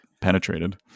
penetrated